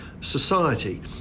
society